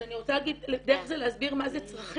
אז אני רוצה דרך זה להסביר מה זה צרכים.